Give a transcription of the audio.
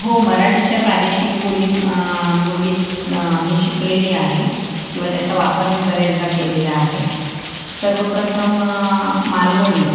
हो मराठीच्या प्रादेशिक बोली बोली मी शिकलेली आहे किंवा त्याचा वापर मी बरेचदा केलेला आहे सर्वप्रथम मालवणी